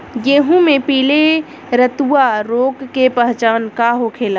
गेहूँ में पिले रतुआ रोग के पहचान का होखेला?